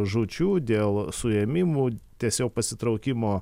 žūčių dėl suėmimų tiesiog pasitraukimo